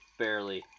barely